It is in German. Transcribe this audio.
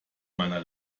meiner